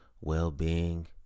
well-being